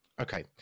Okay